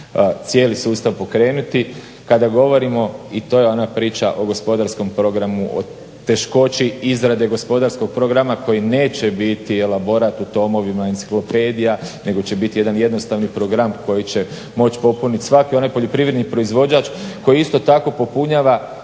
cijeli sustav pokrenuti. Kada govorimo i to je ona priča o gospodarskom programu, o teškoći izrade gospodarskog programa koji neće biti elaborat u tomovima enciklopedija nego će biti jedan jednostavni program koji će moć popuniti svaki onaj poljoprivredni proizvođač koji isto tako popunjava